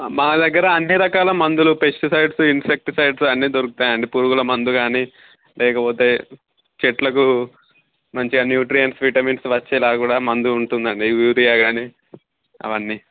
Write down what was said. మా దగ్గర అన్నీ రకాల మందులు పెస్టిసైడ్స్ ఇన్పెక్టిసైడ్స్ అన్నీ దొరుకుతాయి అండి పురుగుల మందు కానీ లేకపోతే చెట్లకు మంచిగా న్యూట్రీన్స్ విటమిన్స్ వచ్చేలాగా కూడా మందు ఉంటుంది అండి యూరియా కానీ అవన్నీ